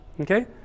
okay